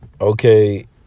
okay